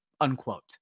unquote